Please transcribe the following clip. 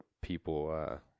people